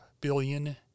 billion